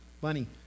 Bunny